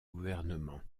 gouvernement